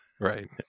right